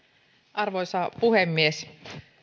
arvoisa puhemies